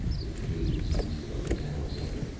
his gaze feasted on the talisman.